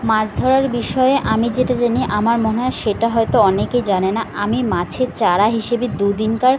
মাছ ধরার বিষয়ে আমি যেটা জানি আমার মনে হয় সেটা হয়তো অনেকেই জানে না আমি মাছের চারা হিসেবে দুদিনকার